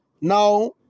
Now